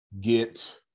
get